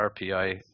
RPI